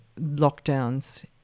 lockdowns